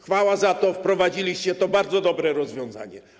Chwała za to, wprowadziliście to bardzo dobre rozwiązanie.